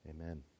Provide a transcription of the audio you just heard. Amen